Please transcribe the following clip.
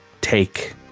take